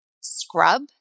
scrub